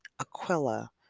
Aquila